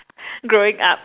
growing up